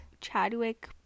chadwick